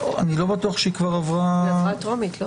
לא בטוח שעברה טרומית.